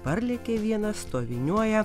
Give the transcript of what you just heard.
parlėkė vienas stoviniuoja